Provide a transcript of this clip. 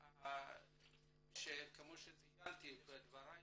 כמו שציינתי בדבריי